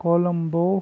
Colombo